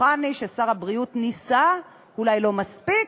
בטוחתני ששר הבריאות ניסה, אולי לא מספיק,